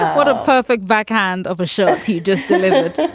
what a perfect backhand of a show it to you just a little bit.